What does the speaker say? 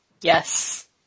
Yes